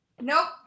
nope